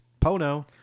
Pono